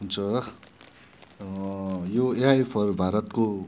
हुन्छ यो AI for भारतको